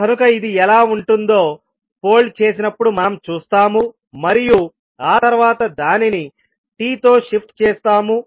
కనుక ఇది ఎలా ఉంటుందో ఫోల్డ్ చేసినప్పుడు మనం చూస్తాము మరియు ఆ తర్వాత దానిని tతో షిఫ్ట్ చేస్తాము